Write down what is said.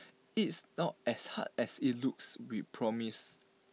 it's not as hard as IT looks we promise